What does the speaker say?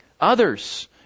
others